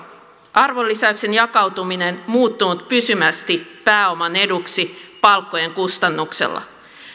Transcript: arvonlisäyksen jakautuminen on muuttunut pysyvästi pääoman eduksi palkkojen kustannuksella